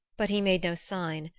but he made no sign,